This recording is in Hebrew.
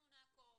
אנחנו נעקוב,